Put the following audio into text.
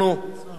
באוזלת ידינו,